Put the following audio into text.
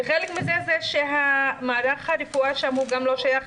וחלק מזה זה שמערך הרפואה שם גם לא שייך